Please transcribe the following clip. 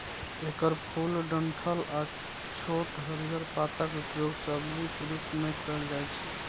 एकर फूल, डंठल आ छोट हरियर पातक उपयोग सब्जीक रूप मे कैल जाइ छै